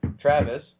Travis